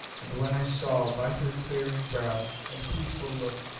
and when i saw, by her clearing brow and peaceful look,